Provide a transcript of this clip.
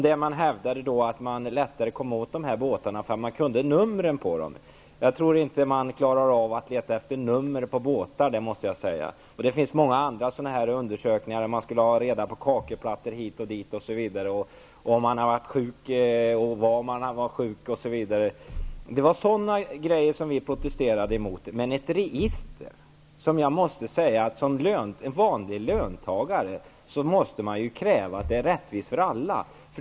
Det hävdades att man lättare kom åt båtarna om man kunde numren på dem, men jag tror inte att man klarar av att leta efter nummer på båtar, måste jag säga. Och det finns många andra undersökningar -- man skulle ha reda på kakelplattor hit och dit, om en person hade varit sjuk och var han hade varit sjuk, osv. Det var sådana grejer som vi protesterade mot. Som vanlig löntagare kräver man att ett system skall vara rättvist för alla.